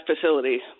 facility